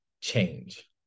change